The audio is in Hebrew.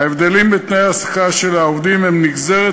ההבדלים בתנאי ההעסקה של העובדים הם נגזרת